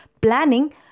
planning